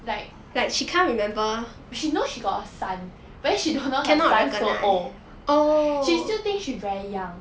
like she know she got a son but then she don't know her son so old she still think she very young